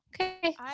Okay